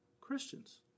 Christians